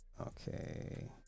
okay